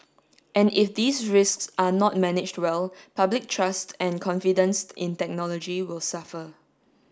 and if these risks are not managed well public trust and confidence in technology will suffer